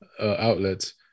outlets